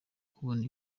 kubona